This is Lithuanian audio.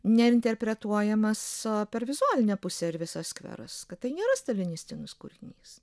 ne interpretuojamas a per vizualinę pusę ir visas skveras kad tai nėra stalinistinis kūrinys